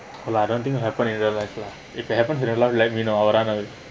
and I don't think happen in real life lah if it happen in real life let me know I will run of it